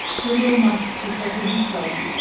till the almighty took her to himself.